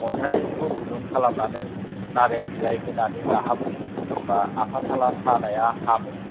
अन्थाइखौ गुदुं खालामनानै